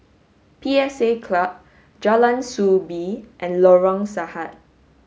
P S A Club Jalan Soo Bee and Lorong Sahad